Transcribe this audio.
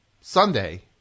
Sunday